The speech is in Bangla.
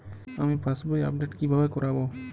আমি পাসবই আপডেট কিভাবে করাব?